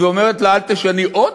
ואומרת לה: אל תשני אות?